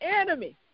enemy